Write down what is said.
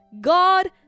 God